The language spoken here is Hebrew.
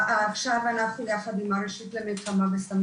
עכשיו אנחנו, ביחד עם הרשות למלחמה בסמים